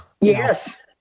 Yes